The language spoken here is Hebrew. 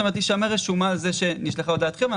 תישמר רשומה על כך שנשלחה הודעת חיוב.